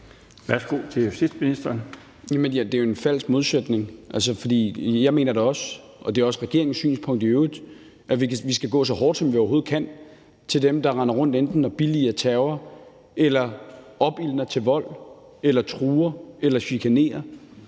Justitsministeren (Peter Hummelgaard): Det er jo en falsk modsætning. Jeg mener da også, og det er i øvrigt også regeringens synspunkt, at vi skal gå så hårdt, som vi overhovedet kan, til dem, der render rundt enten og billiger terror, opildner til vold, truer eller chikanerer.